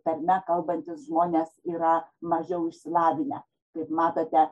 tarme kalbantys žmonės yra mažiau išsilavinę kaip matote